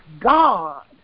God